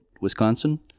Wisconsin